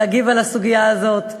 להגיב על הסוגיה הזאת.